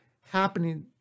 happening